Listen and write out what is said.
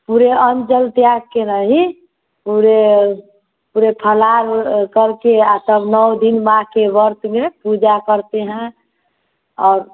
पूरे अन्न जल त्याग के रही पूरे पूरे फलहार करके और तब नौ दिन माँ के वर्त में पूजा करते हैं और